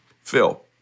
Phil